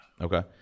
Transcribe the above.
Okay